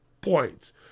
points